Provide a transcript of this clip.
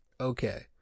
Okay